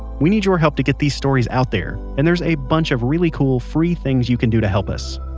we need your help to get these stories out there and there's a bunch of really cool free things you can do to help us.